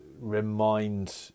remind